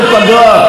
שום דבר,